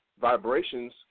vibrations